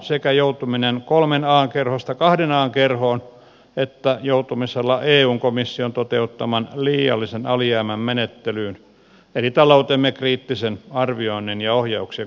sekä joutuminen kolmen an kerhosta kahden an kerhoon että joutuminen eun komission toteuttaman liiallisen alijäämän menettelyyn eli taloutemme kriittisen arvioinnin ja ohjauksen kohteeksi